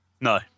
No